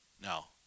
Now